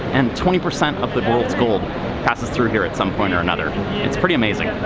and twenty percent of the world's gold passes through here at some point or another. it's pretty amazing.